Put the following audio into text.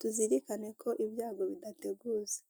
Tuzirikane ko ibyago bidateguza